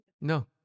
No